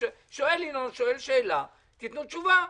ינון שואל שאלה, תנו תשובה.